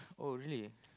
oh really